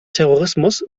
terrorismus